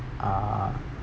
uh